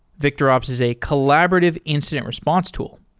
victorops is a collaborative incident response tool,